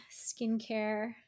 skincare